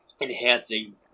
enhancing